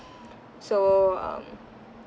so um